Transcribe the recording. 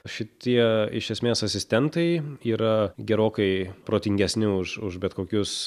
šitie iš esmės asistentai yra gerokai protingesni už už bet kokius